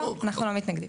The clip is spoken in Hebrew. לא, אנחנו לא מתנגדים.